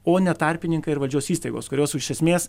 o ne tarpininkai ir valdžios įstaigos kurios iš esmės